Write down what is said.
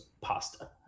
pasta